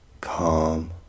calm